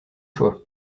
choix